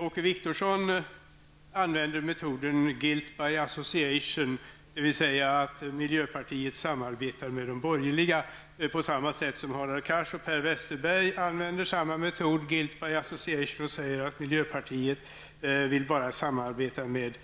Åke Wictorsson använde metoden guilt by association och påstod att miljöpartiet samarbetar med de borgerliga partierna. Hadar Cars och Per Westerberg använde samma metod och påstod att miljöpartiet vill samarbeta bara med